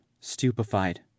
stupefied